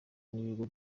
n’ibigo